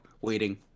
waiting